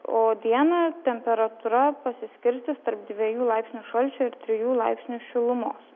o dieną temperatūra pasiskirstys tarp dviejų laipsnių šalčio ir trijų laipsnių šilumos